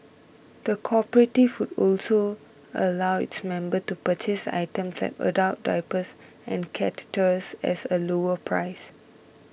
the cooperative would also allow its member to purchase items like adult diapers and catheters as a lower price